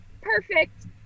perfect